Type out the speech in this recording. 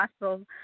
possible